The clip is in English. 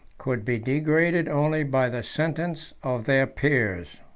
could be degraded only by the sentence of their peers.